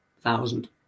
thousand